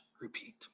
repeat